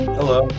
Hello